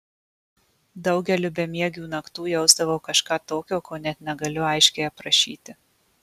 daugeliu bemiegių naktų jausdavau kažką tokio ko net negaliu aiškiai aprašyti